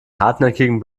hartnäckigen